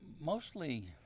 Mostly